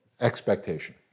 expectation